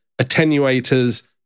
attenuators